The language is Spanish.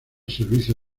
servicio